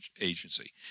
agency